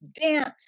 dance